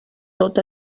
tot